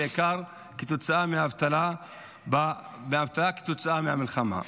בעיקר מהאבטלה כתוצאה מהמלחמה,